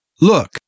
look